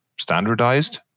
standardized